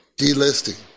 delisting